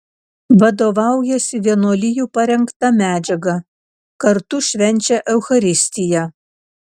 vadovaujasi vienuolijų parengta medžiaga kartu švenčia eucharistiją